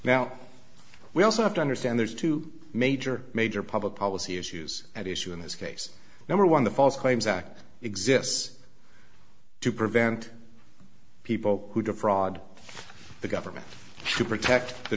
now we also have to understand there's two major major public policy issues at issue in this case number one the false claims act exists to prevent people who defraud the government to protect the